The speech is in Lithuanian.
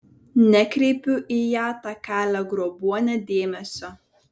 nekreipiu į ją tą kalę grobuonę dėmesio